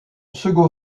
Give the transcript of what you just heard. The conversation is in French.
second